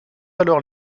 alors